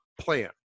plan